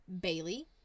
bailey